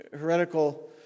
heretical